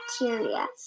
bacteria